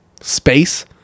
Space